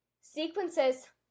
sequences